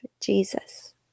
Jesus